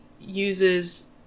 uses